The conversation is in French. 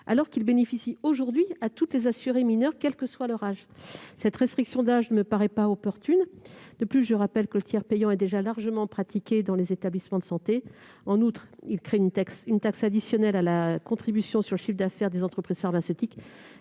alors que celui-ci bénéficie aujourd'hui à toutes les assurées mineures, quel que soit leur âge. Cette restriction d'âge ne me paraît pas opportune. De plus, je rappelle que le tiers payant est déjà largement pratiqué dans les établissements de santé. En outre, le financement de cet amendement repose sur la création d'une taxe additionnelle à la contribution sur le chiffre d'affaires des entreprises pharmaceutiques,